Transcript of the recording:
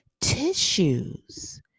tissues